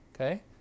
okay